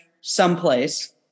someplace